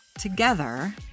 Together